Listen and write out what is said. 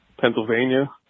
Pennsylvania